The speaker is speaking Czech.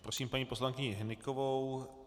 Prosím paní poslankyni Hnykovou.